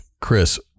Chris